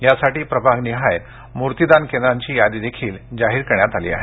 यासाठी प्रभाग निहाय मूर्तीदान केंद्रांची यादीही जाहीर करण्यात आली आहे